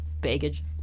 baggage